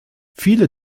viele